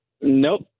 Nope